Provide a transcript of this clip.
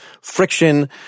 friction